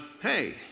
hey